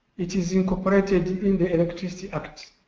it is incorporated in the electricity act